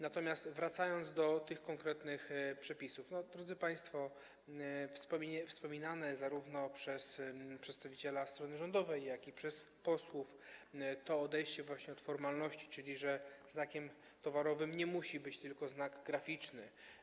Natomiast wracając do tych konkretnych przepisów - drodzy państwo, to wspominane zarówno przez przedstawiciela strony rządowej, jak i przez posłów odejście od formalności, czyli to, że znakiem towarowym nie musi być tylko znak graficzny.